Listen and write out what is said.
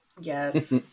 yes